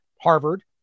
Harvard